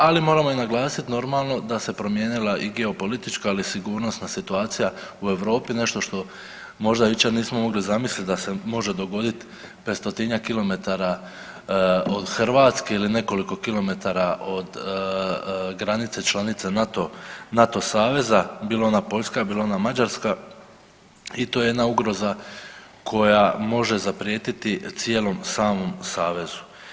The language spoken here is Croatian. Ali moramo i naglasiti normalno da se promijenila i geopolitička, ali i sigurnosna situacija u Europi, nešto što možda jučer nismo mogli zamisliti da se može dogoditi 500-njak kilometara od Hrvatske ili nekoliko kilometara od granice članice NATO saveza bilo ona Poljska, bilo ona Mađarska i to je jedna ugroza koja može zaprijetiti cijelom samom Savezu.